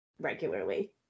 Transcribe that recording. regularly